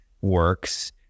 works